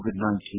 COVID-19